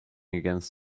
against